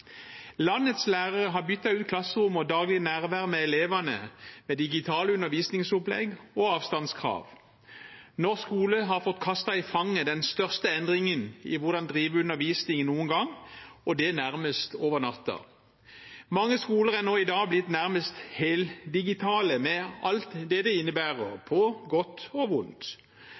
Landets lærere har byttet ut klasserom og daglig nærvær med elevene med digitale undervisningsopplegg og avstandskrav. Norsk skole har fått kastet i fanget den største endringen i hvordan drive undervisning, noen gang – og det nærmest over natten. Mange skoler er nå i dag blitt nærmest heldigitale, med alt det innebærer, på godt og vondt.